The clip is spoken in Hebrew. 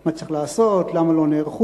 מה צריך לעשות, למה לא נערכו,